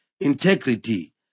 integrity